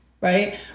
right